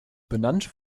benannt